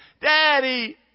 Daddy